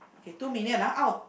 okay two million ah out of